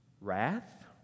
wrath